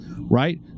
Right